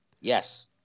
Yes